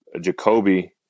Jacoby